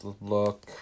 look